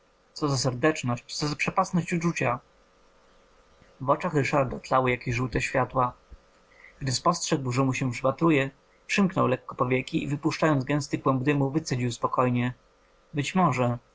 co za serdeczność co za przepastność uczucia w oczach ryszarda tlały jakieś żółte światła gdy spostrzegł że mu się przypatruję przymknął lekko powieki i wypuszczając gęsty kłąb dymu wycedził spokojnie być może